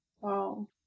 Wow